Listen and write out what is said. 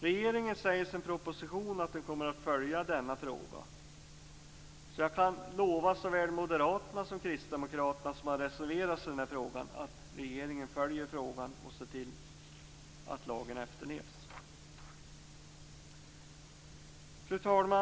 Regeringen säger i sin proposition att den kommer att följa denna fråga, så jag kan lova såväl Moderaterna som Kristdemokraterna, som har reserverat sig i frågan, att regeringen följer detta och ser till att lagen efterlevs. Fru talman!